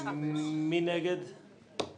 לסעיף 1